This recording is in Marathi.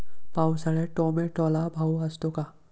पावसाळ्यात टोमॅटोला भाव असतो का?